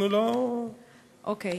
אנחנו לא, אוקיי.